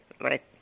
right